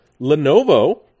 Lenovo